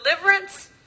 deliverance